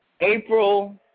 April